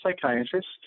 psychiatrist